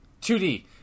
2D